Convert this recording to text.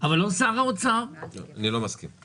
מקדם המילוי